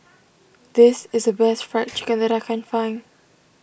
this is the best Fried Chicken that I can find